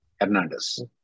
Hernandez